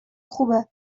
خوبه